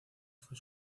fue